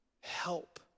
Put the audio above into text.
help